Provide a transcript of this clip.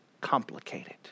complicated